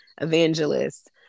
evangelist